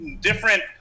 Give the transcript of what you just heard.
different